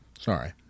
Sorry